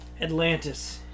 Atlantis